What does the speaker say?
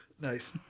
nice